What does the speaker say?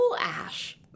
ash